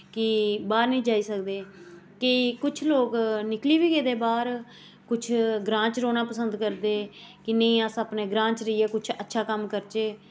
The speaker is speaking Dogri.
कि बाह्र निं जाई सकदे केईं कुछ लोक निकली बी गेदे बाह्र कुछ ग्रांऽ च रौह्ना पसंद करदे कि नेईं अस अपने ग्रांऽ च रेहियै कुछ अच्छा कम्म करचै